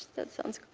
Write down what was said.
that so and